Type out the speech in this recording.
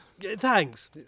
Thanks